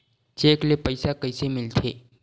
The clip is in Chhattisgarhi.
चेक ले पईसा कइसे मिलथे?